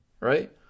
Right